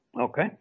Okay